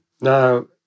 Now